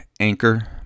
Anchor